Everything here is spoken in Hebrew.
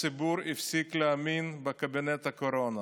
הציבור הפסיק להאמין בקבינט הקורונה.